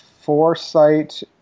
foresight